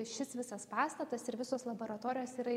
šis visas pastatas ir visos laboratorijos yra